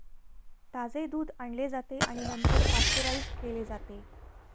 ताजे दूध आणले जाते आणि नंतर पाश्चराइज केले जाते